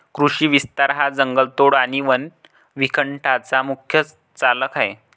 कृषी विस्तार हा जंगलतोड आणि वन विखंडनाचा मुख्य चालक आहे